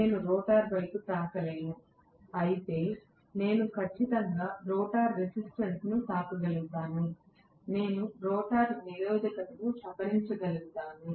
నేను రోటర్ వైపు తాకలేను అయితే ఇక్కడ నేను ఖచ్చితంగా రోటర్ రెసిస్టెన్స్ ను తాకగలుగుతాను నేను రోటర్ నిరోధకతను సవరించగలుగుతాను